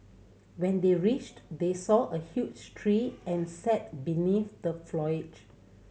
when they reached they saw a huge tree and sat beneath the foliage